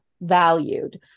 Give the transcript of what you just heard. valued